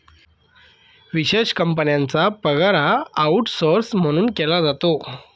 विशेष कंपन्यांचा पगार हा आऊटसौर्स म्हणून केला जातो